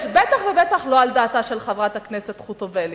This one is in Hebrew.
ובטח ובטח לא על דעתה של חברת הכנסת חוטובלי.